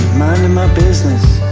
and my business